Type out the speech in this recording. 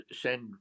send